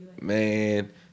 Man